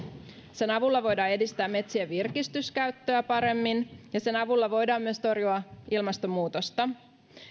sen avulla voidaan edistää metsien virkistyskäyttöä paremmin ja sen avulla voidaan myös torjua ilmastonmuutosta